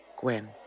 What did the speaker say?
Gwen